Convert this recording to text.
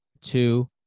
two